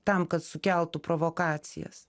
tam kad sukeltų provokacijas